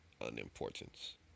unimportance